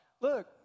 look